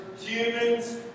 humans